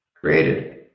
created